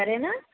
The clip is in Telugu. సరేనా